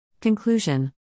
Conclusion